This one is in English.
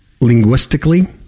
linguistically